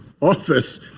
office